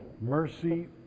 mercy